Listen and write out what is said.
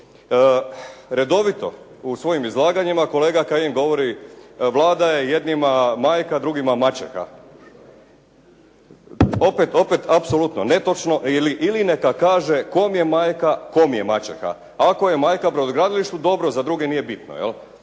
redovito u svojim izlaganjima kolega Kajin govori Vlada je jednima majka, drugima maćeha. Opet apsolutno netočno. Ili neka kaže kom je majka, kom je maćeha. Ako je majka brodogradilištu dobro, za druge nije bitno. Ali